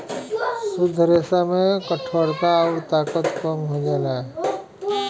शुद्ध रेसा में कठोरता आउर ताकत कम हो जाला